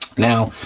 now,